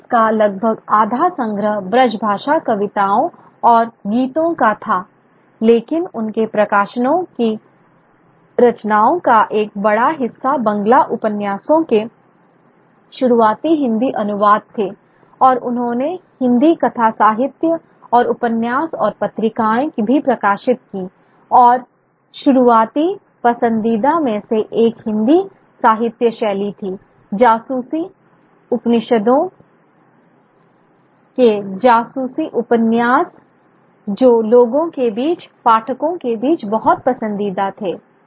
एक इसका लगभग आधा संग्रह ब्रजभाषा कविताओं और गीतों का था लेकिन उनके प्रकाशनों की रचनाओं का एक बड़ा हिस्सा बंगला उपन्यासों के शुरुआती हिंदी अनुवाद थे और उन्होंने हिंदी कथा साहित्य और उपन्यास और पत्रिकाएं भी प्रकाशित कीं और शुरुआती पसंदीदा में से एक हिंदी साहित्य शैली थी जासूसी उपनिषदों के जासूसी उपन्यास जो लोगों के बीच पाठकों के बीच बहुत पसंदीदा थे